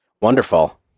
Wonderful